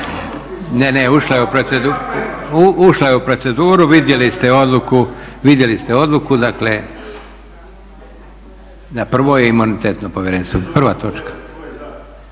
Ušlo je u proceduru, vidjeli ste odluku, dakle na prvoj je Imunitetno povjerenstvo, prva točka.